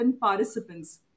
participants